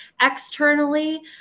Externally